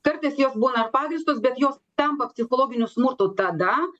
kartais jos būna pagrįstos bet jos tampa psichologiniu smurtu tada